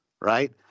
right